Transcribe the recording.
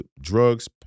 drugs